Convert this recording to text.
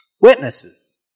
Witnesses